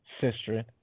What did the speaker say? Sister